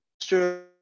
sure